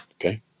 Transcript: okay